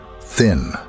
Thin